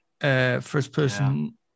first-person